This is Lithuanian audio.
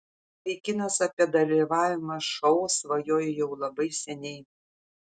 vaikinas apie dalyvavimą šou svajojo jau labai seniai